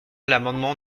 l’amendement